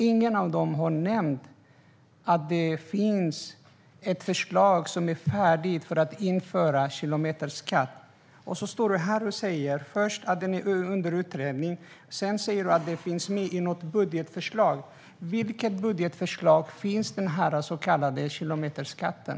Ingen av dem har nämnt att det finns ett förslag som är färdigt om att införa kilometerskatt. Du står här och säger först att det är under utredning. Sedan säger du att det finns med i något budgetförslag. I vilket budgetförslag finns den så kallade kilometerskatten?